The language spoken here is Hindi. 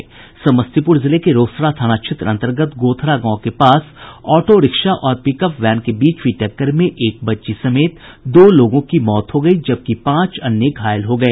समस्तीपुर जिले के रोसड़ा थाना क्षेत्र अन्तर्गत गोथरा गांव के पास ऑटोरिक्शा और पिकअप वैन के बीच हुई टक्कर में एक बच्ची समेत दो लोगों की मौत हो गई जबकि पांच अन्यघायल हो गए